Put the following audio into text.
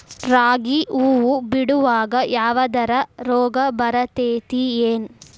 ರಾಗಿ ಹೂವು ಬಿಡುವಾಗ ಯಾವದರ ರೋಗ ಬರತೇತಿ ಏನ್?